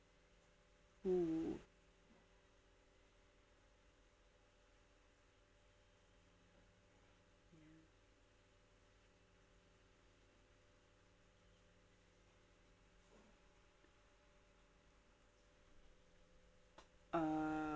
who uh